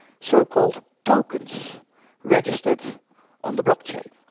so-called tokens registered on the blockchain.